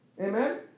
Amen